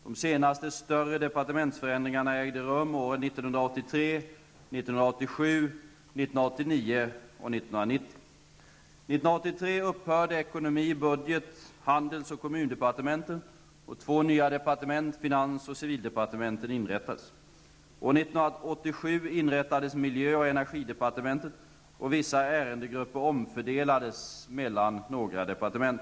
De senaste större departementsförändringarna ägde rum åren 1983, inrättades miljö och energidepartementet, och vissa ärendegrupper omfördelades mellan några departement.